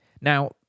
Now